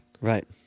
Right